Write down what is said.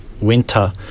winter